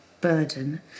burden